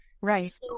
Right